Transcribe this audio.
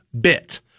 bit